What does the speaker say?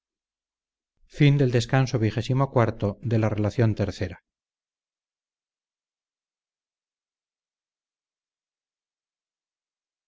a la relación